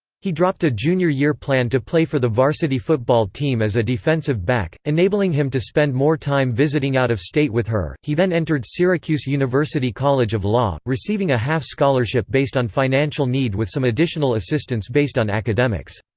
he dropped a junior year plan to play for the varsity football team as a defensive back, enabling him to spend more time visiting out of state with her he then entered syracuse university college of law, receiving a half scholarship based on financial need with some additional assistance based on academics.